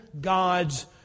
God's